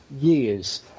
Years